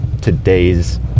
today's